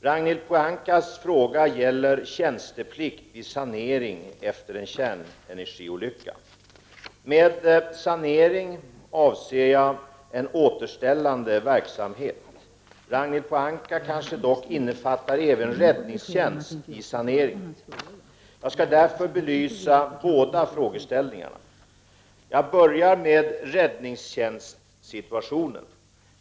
Ragnhild Pohankas fråga gäller tjänsteplikt vid sanering efter en kärnenergiolycka. Med sanering avser jag en återställande verksamhet. Ragnhild Pohanka kanske dock innefattar även räddningstjänst i sanering. Jag skall därför belysa båda frågeställningarna. Jag börjar med räddningstjänstsituationen.